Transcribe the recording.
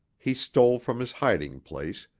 he stole from his hiding place,